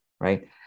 right